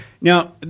Now